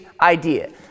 idea